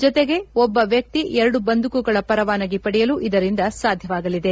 ಜೊತೆಗೆ ಒಬ್ಬ ವಕ್ಷಿ ಎರಡು ಬಂದೂಕುಗಳ ಪರವಾನಗಿ ಪಡೆಯಲು ಇದರಿಂದ ಸಾಧ್ಯವಾಗಲಿದೆ